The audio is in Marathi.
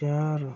चार